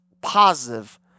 positive